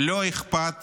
לא אכפת